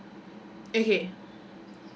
okay